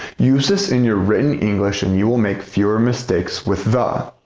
use this in your written english and you will make fewer mistakes with the.